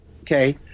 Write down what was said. okay